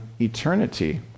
eternity